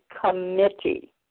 committee